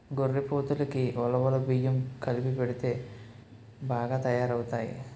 గొర్రెపోతులకి ఉలవలు బియ్యం కలిపెడితే బాగా తయారవుతాయి